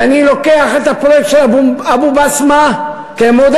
ואני לוקח את הפרויקט של אבו-בסמה כמודל,